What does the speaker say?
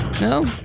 No